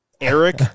Eric